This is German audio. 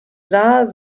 sah